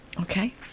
Okay